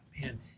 man